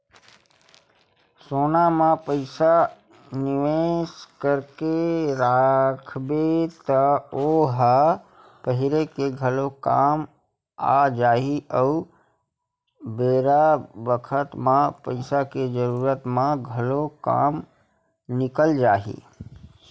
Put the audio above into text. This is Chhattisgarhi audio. सोना म पइसा निवेस करके राखबे त ओ ह पहिरे के घलो काम आ जाही अउ बेरा बखत म पइसा के जरूरत म घलो काम निकल जाही